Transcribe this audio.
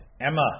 Emma